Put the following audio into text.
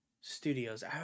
studios